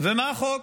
ומה החוק.